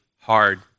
hard